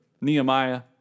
Nehemiah